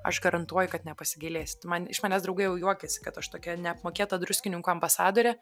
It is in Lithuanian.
aš garantuoju kad nepasigailėsit man iš manęs draugai jau juokiasi kad aš tokia neapmokėta druskininkų ambasadorė